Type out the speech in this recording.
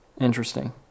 interesting